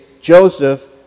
Joseph